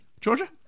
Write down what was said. Georgia